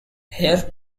heir